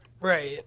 Right